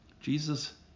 Jesus